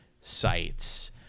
sites